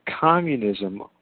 communism